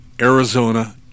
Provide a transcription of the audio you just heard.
Arizona